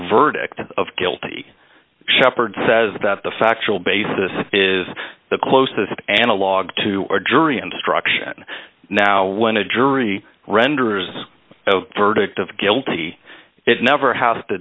verdict of guilty sheppard says that the factual basis is the closest analog to a jury instruction now when a jury renders verdict of guilty it never has to